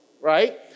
right